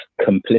complicit